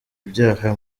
ibyaha